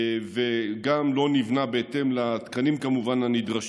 וכמובן שגם לא נבנה בהתאם לתקנים הנדרשים.